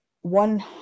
one